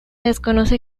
desconoce